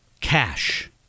cash